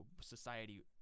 society